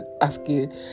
asking